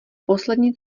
poslední